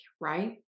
right